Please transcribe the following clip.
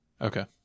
Okay